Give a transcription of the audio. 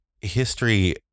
history